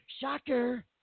Shocker